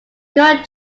current